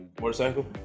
motorcycle